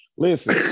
Listen